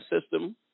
system